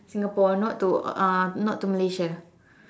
Singapore not to uh not to Malaysia